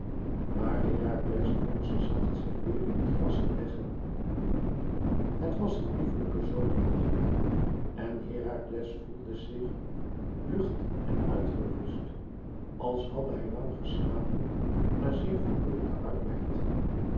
maar herakles dwong ze zacht zich weêr in het gras te leggen het was een lieflijke zomernacht en herakles voelde zich lucht en uitgerust als hadde hij lange geslapen na zeer vermoeienden arbeid